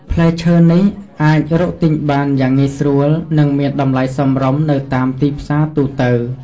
ផ្លែឈើនេះអាចរកទិញបានយ៉ាងងាយស្រួល និងមានតម្លៃសមរម្យនៅតាមទីផ្សារទូទៅ។